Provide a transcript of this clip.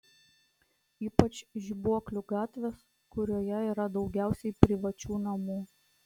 ypač žibuoklių gatvės kurioje yra daugiausiai privačių namų